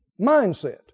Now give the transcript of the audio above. Mindset